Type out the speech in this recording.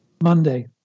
Monday